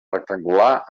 rectangular